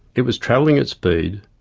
it was travelling at speed,